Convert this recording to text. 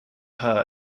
her